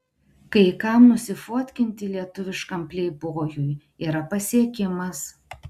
kai kam nusifotkinti lietuviškam pleibojui yra pasiekimas